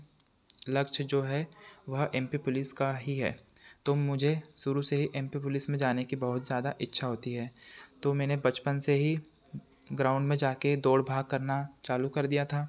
लक्ष्य जो है वह एम पी पुलिस का ही है तो मुझे शुरू से ही एम पी पुलिस में जाने की बहुत ज़्यादा इच्छा होती है तो मैंने बचपन से ही ग्राउंड में जा कर दौड़ भाग करना चालू कर दिया था